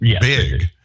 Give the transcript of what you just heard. big